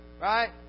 Right